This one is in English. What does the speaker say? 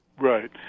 Right